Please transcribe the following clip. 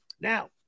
Now